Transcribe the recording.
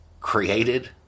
created